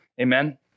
Amen